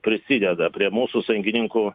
prisideda prie mūsų sąjungininkų